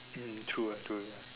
mm true ah true ya